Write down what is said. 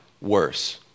worse